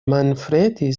манфреди